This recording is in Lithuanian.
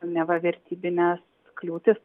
neva vertybinės kliūtys